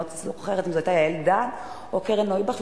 אני לא זוכרת אם זו היתה יעל דן או קרן נויבך,